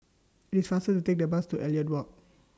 IT IS faster to Take The Bus to Elliot Walk